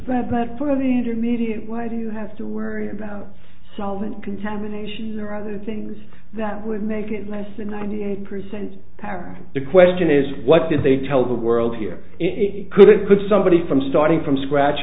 that that part of the intermediate why do you have to worry about solvent contamination there are other things that would make it less than ninety eight percent back the question is what did they tell the world here it could it could somebody from starting from scratch